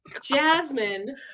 Jasmine